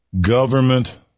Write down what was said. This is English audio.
government